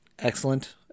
Excellent